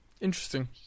Interesting